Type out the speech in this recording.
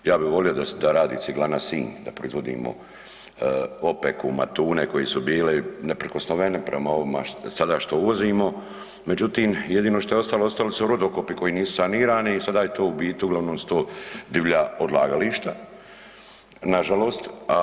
Ja bi volio da radi Ciglana Sinj, da proizvodimo opeku, matune koji su bili, neprikosnoveni prema ovima što sada uvozimo, međutim, jedino što je ostalo, ostali su rudokopi koji su nisu sanirani i sada je to u biti uglavnom su to divlja odlagališta, nažalost.